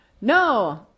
No